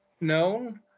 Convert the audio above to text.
known